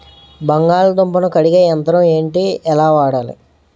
బంగాళదుంప ను కడిగే యంత్రం ఏంటి? ఎలా వాడాలి?